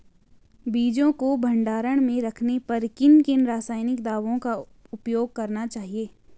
बीजों को भंडारण में रखने पर किन किन रासायनिक दावों का उपयोग करना चाहिए?